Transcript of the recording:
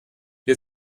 wir